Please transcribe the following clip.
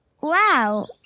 wow